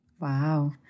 Wow